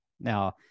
Now